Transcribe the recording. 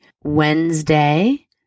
Wednesday